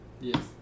Yes